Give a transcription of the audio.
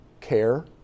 care